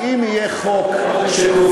אז אם יהיה חוק שקובע,